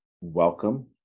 welcome